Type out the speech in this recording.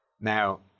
Now